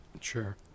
sure